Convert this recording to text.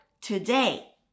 today